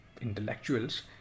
intellectuals